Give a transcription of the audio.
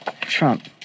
Trump